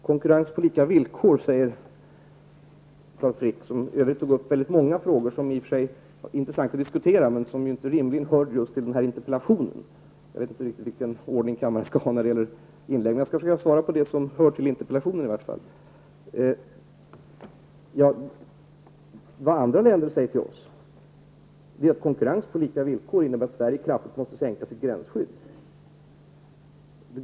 Konkurrens på lika villkor nämndes av Carl Frick, som för övrigt tog upp många frågor som i och för sig är intressanta att diskutera men rimligen inte hör till just denna interpellationsdebatt. Jag skall i varje fall försöka svara på det som berör interpellationen. Vad andra länder säger till oss är att konkurrens på lika villkor innebär att Sverige kraftigt måste sänka sitt gränsskydd.